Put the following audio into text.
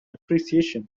appreciation